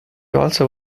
also